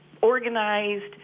organized